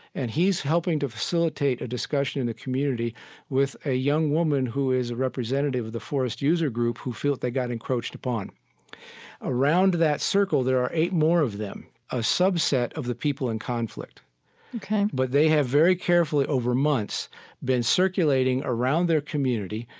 and he's helping to facilitate a discussion in the community with a young woman who is a representative of the forest user group who feel they got encroached upon around that circle there are eight more of them, a subset of the people in conflict ok but they have very carefully over months been circulating around their community,